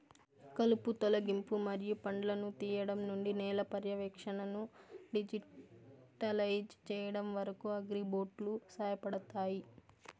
కలుపు తొలగింపు మరియు పండ్లను తీయడం నుండి నేల పర్యవేక్షణను డిజిటలైజ్ చేయడం వరకు, అగ్రిబోట్లు సహాయపడతాయి